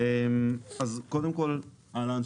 אז קודם כל אהלן,